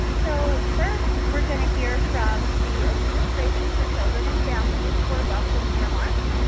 so first, we're going to hear from the administration for children and families for welcoming remarks.